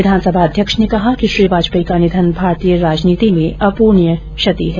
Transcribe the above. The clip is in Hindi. विधानसभा अध्यक्ष ने कहा कि श्री वाजपेयी का निधन भारतीय राजनीति में अपूरणीय क्षति है